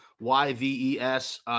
Y-V-E-S